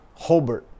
Holbert